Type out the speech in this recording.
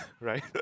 right